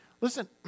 Listen